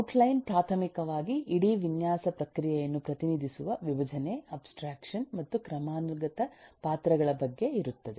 out line ಪ್ರಾಥಮಿಕವಾಗಿ ಇಡೀ ವಿನ್ಯಾಸ ಪ್ರಕ್ರಿಯೆಯನ್ನು ಪ್ರತಿನಿದಿಸುವ ವಿಭಜನೆ ಅಬ್ಸ್ಟ್ರಾಕ್ಷನ್ ಮತ್ತು ಕ್ರಮಾನುಗತ ಪಾತ್ರಗಳ ಬಗ್ಗೆ ಇರುತ್ತದೆ